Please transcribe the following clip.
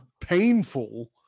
painful